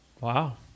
wow